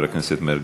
חבר הכנסת מרגי.